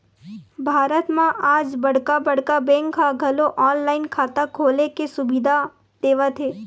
भारत म आज बड़का बड़का बेंक ह घलो ऑनलाईन खाता खोले के सुबिधा देवत हे